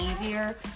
easier